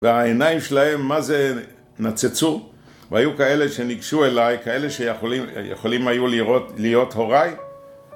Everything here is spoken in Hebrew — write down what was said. והעיניים שלהם, מה זה, נצצו והיו כאלה שנגשו אליי, כאלה שיכולים היו להיות הוריי